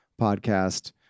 podcast